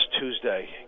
Tuesday